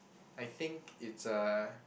I think it's uh